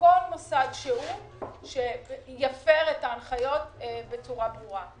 לכל מוסד שיפר את ההנחיות בצורה ברורה.